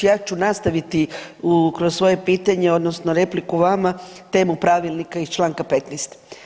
Ja ću nastaviti kroz svoje pitanje odnosno repliku vama temu pravilnika iz čl. 15.